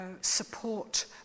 support